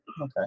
okay